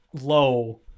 low